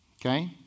Okay